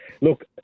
Look